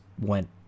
went